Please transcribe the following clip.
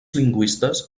lingüistes